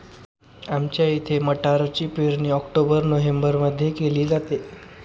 आमच्या इथे मटारची पेरणी ऑक्टोबर नोव्हेंबरमध्ये केली जाते